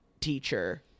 teacher